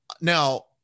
Now